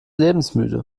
lebensmüde